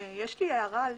יש לי הערה.